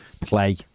play